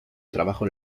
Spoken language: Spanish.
trabajo